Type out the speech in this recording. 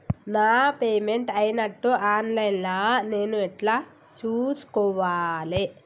నా పేమెంట్ అయినట్టు online లా నేను ఎట్ల చూస్కోవాలే?